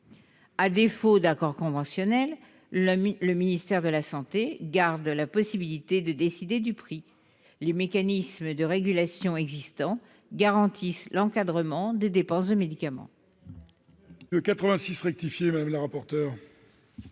À défaut d'accord conventionnel, le ministère de la santé garderait la possibilité de décider du prix. Les mécanismes de régulation existants garantissent l'encadrement des dépenses de médicament.